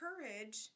courage